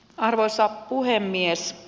arvoisa puhemies